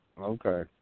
Okay